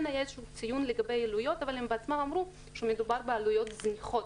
כן יש ציון לגבי עלויות אבל הם בעצמם אמרו שמדובר בעלויות זניחות.